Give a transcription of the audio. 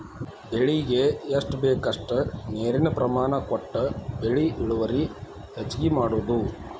ಬೆಳಿಗೆ ಎಷ್ಟ ಬೇಕಷ್ಟ ನೇರಿನ ಪ್ರಮಾಣ ಕೊಟ್ಟ ಬೆಳಿ ಇಳುವರಿ ಹೆಚ್ಚಗಿ ಮಾಡುದು